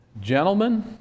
Gentlemen